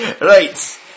Right